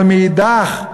אבל מאידך,